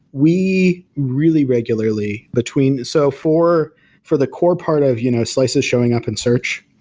we really regularly between so for for the core part of you know slices showing up in search,